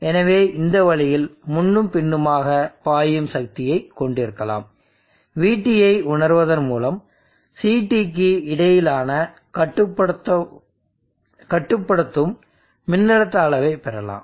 எனவே இந்த வழியில் முன்னும் பின்னுமாக பாயும் சக்தியைக் கொண்டிருக்கலாம் VT ஐ உணருவதன் மூலம் CTக்கு இடையிலான கட்டுப்படுத்தும் மின்னழுத்த அளவை பெறலாம்